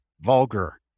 vulgar